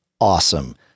awesome